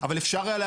אבל אפשר היה,